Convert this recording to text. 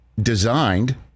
designed